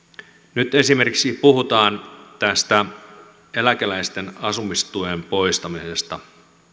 nyt esimerkiksi puhutaan tästä eläkeläisten asumistuen poistamisesta